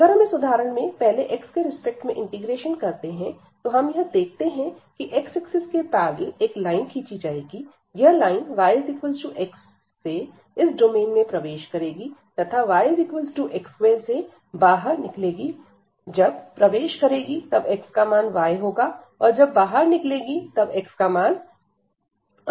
अगर हम इस उदाहरण में पहले x के रिस्पेक्ट में इंटीग्रेशन करते हैं तो हम यह देखते हैं की x एक्सिस के पैरेलल एक लाइन खींची जाएगी यह लाइन yx से इस डोमेन में प्रवेश करेगी तथा yx2 से बाहर निकलेगी जब प्रवेश करेगी तब x का मान y होगा और जब बाहर निकलेगी तब x का मान y होगा